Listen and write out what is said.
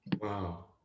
Wow